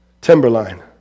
Timberline